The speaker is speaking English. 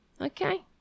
Okay